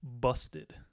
busted